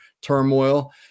turmoil